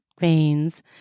veins